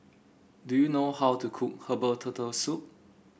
do you know how to cook Herbal Turtle Soup